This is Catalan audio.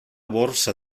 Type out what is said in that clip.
borsa